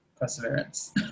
perseverance